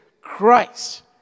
Christ